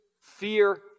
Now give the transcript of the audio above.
fear